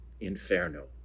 Inferno